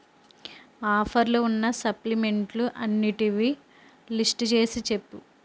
ఆఫర్లు ఉన్న సప్లిమెంట్లు అన్నిటివి లిస్టు చేసి చెప్పు